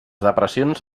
depressions